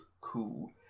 Cool